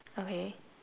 okay